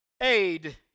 Aid